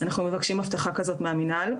אנחנו מבקשים הבטחה כזאת מהמנהל.